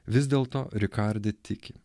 vis dėl to rikardi tiki